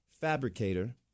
fabricator